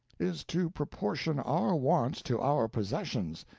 is to proportion our wants to our possessions,